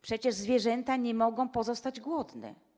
Przecież zwierzęta nie mogą pozostać głodne.